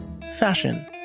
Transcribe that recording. fashion